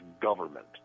government